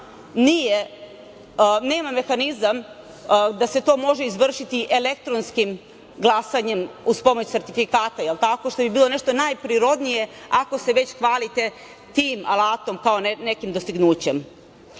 birača nema mehanizam da se to može izvršiti elektronskim glasanjem uz pomoć sertifikata, što bi bilo nešto najprirodnije ako se već hvalite tim alatom, a ne nekim dostignućem.U